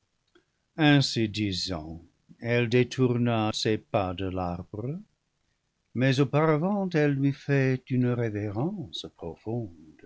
ainsi disant elle détourna ses pas de l'arbre mais auparavant elle lui fait une révérence